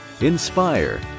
inspire